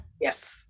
Yes